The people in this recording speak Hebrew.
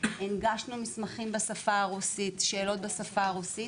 הנגשנו מסמכים בשפה הרוסית ושאלות בשפה הרוסית.